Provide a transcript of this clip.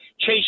Chase